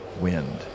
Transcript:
wind